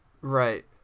right